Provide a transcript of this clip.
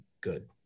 good